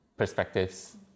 perspectives